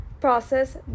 process